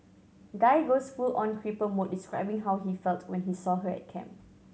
guy goes full on creeper mode describing how he felt when he saw her at camp